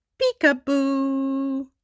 peek-a-boo